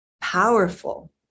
Powerful